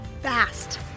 fast